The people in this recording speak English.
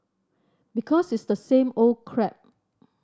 because it's the same old crap